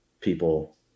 people